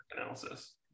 analysis